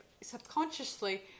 subconsciously